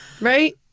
Right